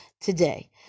today